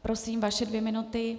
Prosím, vaše dvě minuty.